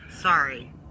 Sorry